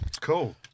Cool